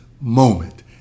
moment